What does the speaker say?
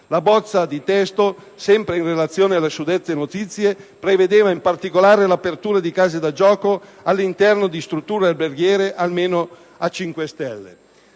La bozza di testo, sempre in relazione alle suddette notizie, prevedeva, in particolare, l'apertura di case da gioco all'interno di strutture alberghiere almeno a cinque stelle.